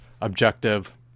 objective